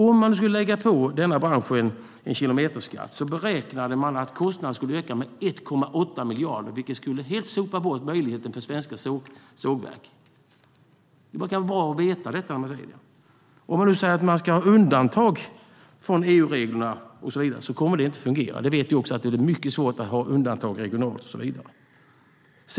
Om man lade på branschen en kilometerskatt skulle kostnaden enligt beräkningar öka med 1,8 miljarder, vilket helt skulle sopa bort möjligheten för svenska sågverk att fortsätta sin verksamhet. Det kan vara bra att veta. Man kan säga att vi ska ha undantag från EU-reglerna, men vi vet att det inte kommer att fungera. Vi vet att det blir mycket svårt att ha undantag regionalt och så vidare.